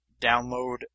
download